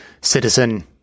citizen